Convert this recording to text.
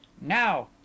now